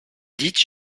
dites